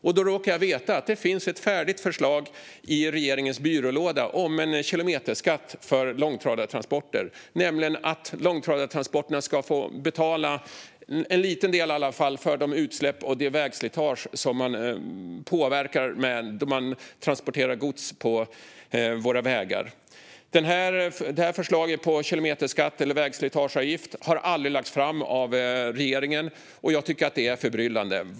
Jag råkar veta att det finns ett färdigt förslag i regeringens byrålåda om en kilometerskatt som går ut på att långtradartransporterna ska få betala en liten del för de utsläpp och det vägslitage som uppstår när man transporterar gods på våra vägar. Det här förslaget om kilometerskatt eller vägslitageavgift har aldrig lagts fram av regeringen, vilket är förbryllande.